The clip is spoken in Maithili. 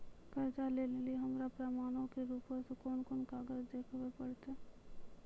कर्जा लै लेली हमरा प्रमाणो के रूपो मे कोन कोन कागज देखाबै पड़तै?